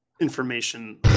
information